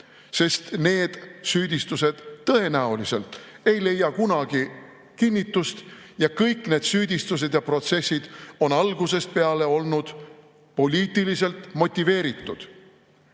sest need süüdistused tõenäoliselt ei leia kunagi kinnitust. Kõik need süüdistused ja protsessid on algusest peale olnud poliitiliselt motiveeritud. See